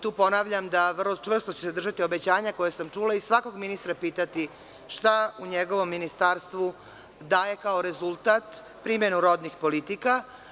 Tu ponavljam da ću vrlo čvrsto se držati obećanja koje sam čula i svakog ministra pitati šta u njegovom ministarstvu daje kao rezultat primenu rodnih politika.